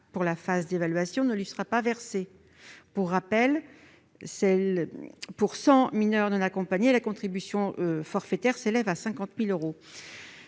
pour la phase d'évaluation ne lui sera pas versée. Pour rappel, pour 100 MNA, la contribution forfaitaire s'élève à 50 000 euros.